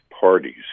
parties